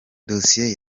dosiye